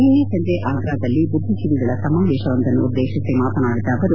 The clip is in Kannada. ನಿನ್ನೆ ಸಂಜೆ ಆಗ್ರಾದಲ್ಲಿ ಬುದ್ಧಿಜೀವಿಗಳ ಸಮಾವೇಶವೊಂದನ್ನು ಉದ್ದೇಶಿಸಿ ಮಾತನಾಡಿದ ಅವರು